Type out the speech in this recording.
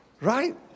Right